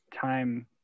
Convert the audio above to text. time